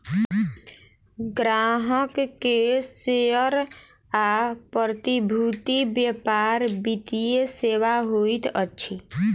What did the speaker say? ग्राहक के शेयर आ प्रतिभूति व्यापार वित्तीय सेवा होइत अछि